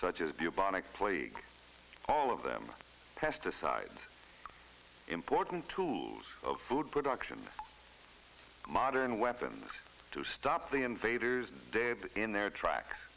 such as bubonic plague all of them pesticide important tools of food production modern weapons to stop the invaders dead in their track